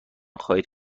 خواهید